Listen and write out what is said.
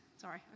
Sorry